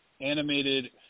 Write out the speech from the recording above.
animated